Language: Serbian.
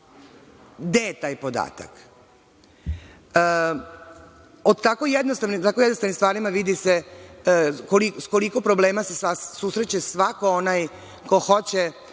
Gde je taj podatak? Po tako jednostavnim stvarima vidi se s koliko problema se susreće svako onaj ko hoće